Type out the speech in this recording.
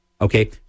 Okay